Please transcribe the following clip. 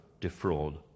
defraud